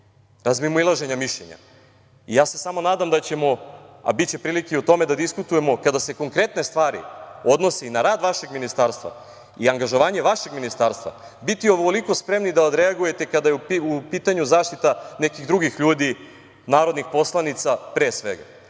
razmimoilaženja mišljenja. Samo se nadam da ćemo, a biće prilike i o tome da diskutujemo, kada se konkretne stvari odnose i na rad vašeg ministarstva i angažovanje vašeg ministarstva biti ovoliko spremni da odreagujete kada je u pitanju zaštita nekih drugih ljudi narodnih poslanica, pre svega. Još